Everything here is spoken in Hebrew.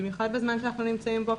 במיוחד בזמן שאנחנו נמצאים בו.